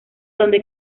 donde